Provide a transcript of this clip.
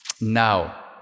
Now